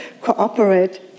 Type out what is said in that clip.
cooperate